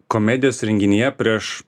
komedijos renginyje prieš